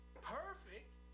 Perfect